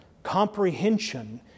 Comprehension